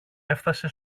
έφθασε